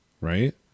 right